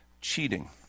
Cheating